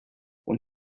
when